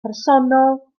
personol